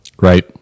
Right